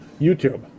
YouTube